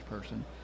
person